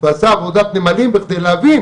ועשה עבודת נמלים בכדי להבין